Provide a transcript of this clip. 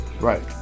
right